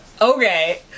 Okay